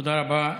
תודה רבה.